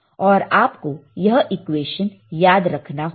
और आपको यह इक्वेशन याद रखना होगा